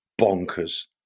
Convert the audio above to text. bonkers